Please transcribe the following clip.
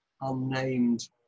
unnamed